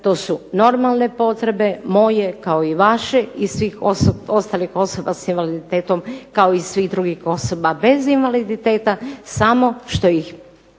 to su normalne potrebe moje kao i vaše i svih ostalih osoba s invaliditetom kao i svih drugih osoba bez invaliditeta samo što ih osobe